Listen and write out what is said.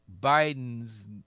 Biden's